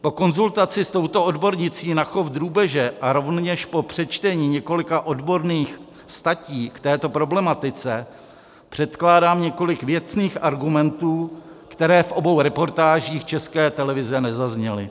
Po konzultaci s touto odbornicí na chov drůbeže a rovněž po přečtení několika odborných statí k této problematice předkládám několik věcných argumentů, které v obou reportážích České televize nezazněly.